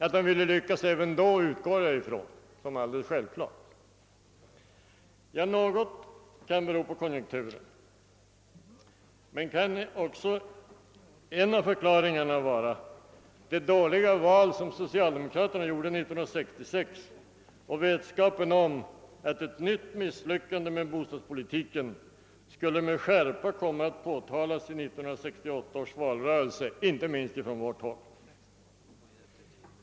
Att han ville lyckas även då utgår jag från som självklart. Något kan bero på konjunkturerna. Men en del av förklaringen är kanske det dåliga val som socialdemokraterna gjorde 1966 och vetskapen om att ett nytt misslyckande i fråga om bostadspolitiken med skärpa skulle komma att påtalas i 1968 års valrörelse, inte minst från vårt håll.